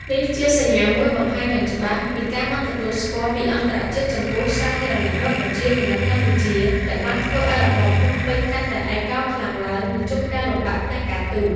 នេះជាសញ្ញាមួយបង្ហាញយ៉ាងច្បាស់ពីការមិនទទួលស្គាល់ពីអន្តរជាតិចំពោះ សាធារណរដ្ឋប្រជាមានិតកម្ពុជាដែលបានធ្វើឱ្យរបបភ្នំពេញកាន់តែឯកោខ្លាំងឡើង និងជួបការលំបាកផ្នែកការទូត។